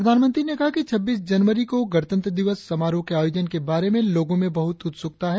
प्रधानमंत्री ने कहा कि छब्बीस जनवरी को गणतंत्र दिवस समारोह के आयोजन के बारे में लोगो में बहुत उत्सुकता है